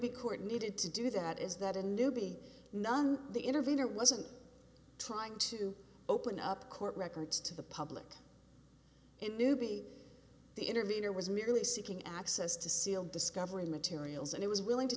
court needed to do that is that a newbie none the intervenor wasn't trying to open up court records to the public in newby the intervenor was merely seeking access to seal discovery materials and it was willing to